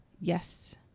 Yes